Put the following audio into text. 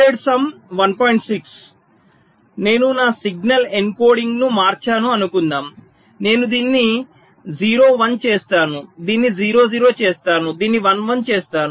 6 నేను నా సిగ్నల్ ఎన్కోడింగ్ను మార్చాను అనుకుందాం నేను దీన్ని 0 1 చేస్తాను దీనిని 0 0 చేస్తాను దీనిని 1 1 చేస్తాను